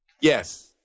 Yes